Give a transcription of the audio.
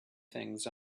things